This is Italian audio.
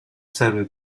serve